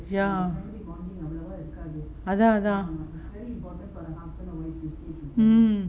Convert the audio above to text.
ya அதா அதா:athaa athaa mm